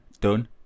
done